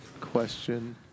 question